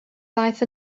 ddaeth